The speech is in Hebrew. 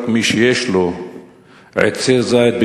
רק מי שיש לו עצי זית,